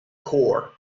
core